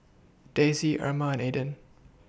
Daisey Erma Aydin